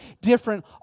different